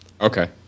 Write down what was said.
Okay